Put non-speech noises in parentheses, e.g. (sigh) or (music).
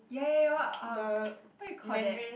ya ya ya what um (noise) what you called that